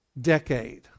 decade